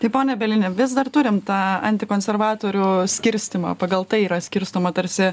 taip pone bielini vis dar turim tą antikonservatorių skirstymą pagal tai yra skirstoma tarsi